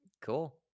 cool